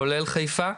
כולל חיפה.